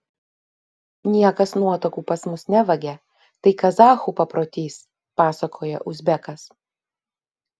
niekas nuotakų pas mus nevagia tai kazachų paprotys pasakoja uzbekas